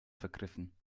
vergriffen